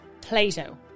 Plato